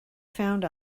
found